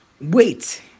wait